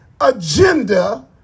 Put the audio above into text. agenda